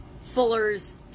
Fuller's